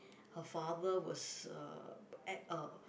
her father was uh at a